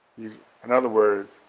in other words,